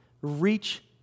reach